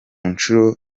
nshuro